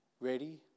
Ready